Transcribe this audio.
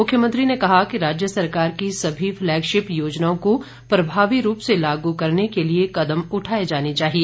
मुख्यमंत्री ने कहा कि राज्य सरकार की सभी की फ्लैगशिप योजनाओं को प्रभावी रूप से लागू करने के लिए कदम उठाए जाने चाहिए